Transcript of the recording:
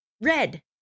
red